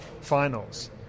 finals